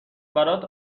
برات